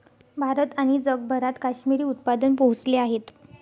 भारत आणि जगभरात काश्मिरी उत्पादन पोहोचले आहेत